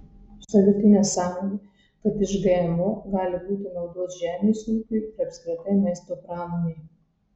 absoliuti nesąmonė kad iš gmo gali būti naudos žemės ūkiui ir apskritai maisto pramonei